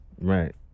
right